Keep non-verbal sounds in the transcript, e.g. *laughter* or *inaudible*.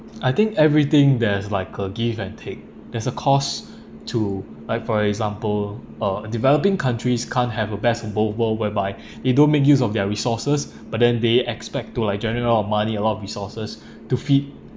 I think everything there's like a give and take there's a cost *breath* to like for example uh developing countries can't have a best on both world whereby *breath* they don't make use of their resources but then they expect to like generate a lot of money a lot of resources *breath* to feed